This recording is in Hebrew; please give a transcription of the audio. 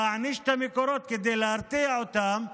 להעניש את המקורות כדי להרתיע אותם,